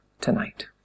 tonight